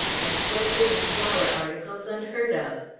and poultry and flour articles unheard of.